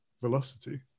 velocity